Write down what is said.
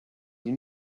die